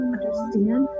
Understand